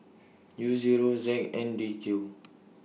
U Zero Z N D Q